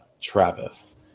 travis